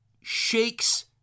shakes